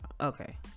okay